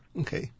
Okay